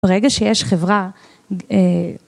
ברגע שיש חברה...